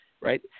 right